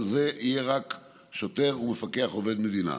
אבל לזה יהיה רק שוטר או מפקח עובד מדינה,